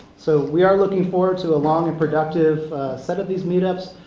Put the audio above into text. so we are looking forward to a long and productive set of these meetups.